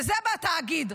וזה בתאגיד.